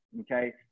okay